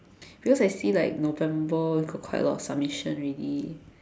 because I see like November we got quite a lot submission already